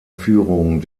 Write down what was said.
führung